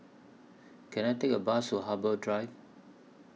Can I Take A Bus to Harbour Drive